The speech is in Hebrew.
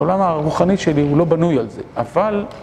העולם הרוחני שלי הוא לא בנוי על זה, אבל...